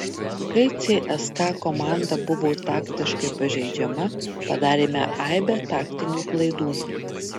kai cska komanda buvo taktiškai pažeidžiama padarėme aibę taktinių klaidų